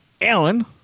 Alan